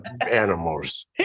animals